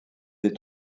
des